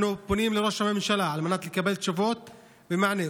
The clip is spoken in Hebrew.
אנחנו פונים לראש הממשלה על מנת לקבל תשובות ומענה.